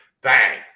bang